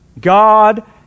God